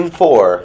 four